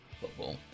football